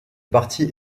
parti